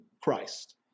Christ